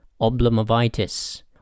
Oblomovitis